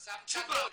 תשובה.